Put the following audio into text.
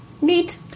Neat